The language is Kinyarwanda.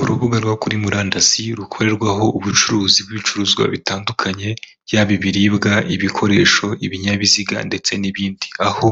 Urubuga rwo kuri murandasi rukorerwaho ubucuruzi bw'ibicuruzwa bitandukanye, yaba ibiribwa, ibikoresho, ibinyabiziga ndetse n'ibindi, aho